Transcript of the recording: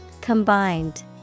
Combined